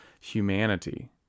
humanity